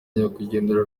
nyakwigendera